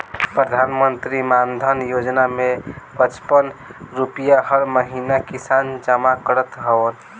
प्रधानमंत्री मानधन योजना में पचपन रुपिया हर महिना किसान जमा करत हवन